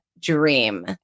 dream